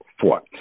four